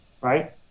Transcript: right